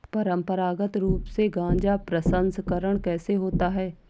परंपरागत रूप से गाजा प्रसंस्करण कैसे होता है?